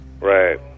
right